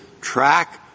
track